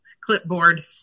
clipboard